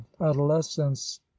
adolescence